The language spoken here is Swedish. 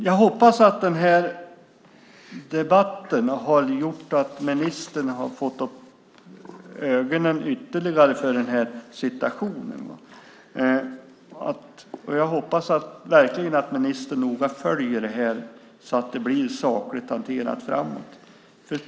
Jag hoppas att den här debatten har gjort att ministern har fått upp ögonen ytterligare för den här situationen. Jag hoppas verkligen att ministern noga följer detta så att det blir sakligt hanterat framöver.